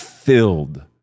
Filled